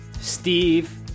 Steve